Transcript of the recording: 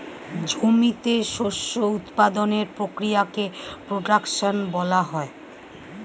জমিতে শস্য উৎপাদনের প্রক্রিয়াকে প্রোডাকশন বলা হয়